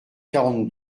quarante